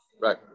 right